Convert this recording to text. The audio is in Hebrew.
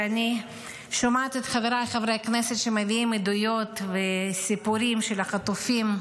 ואני שומעת את חבריי חברי הכנסת שמביאים עדויות וסיפורים של החטופים.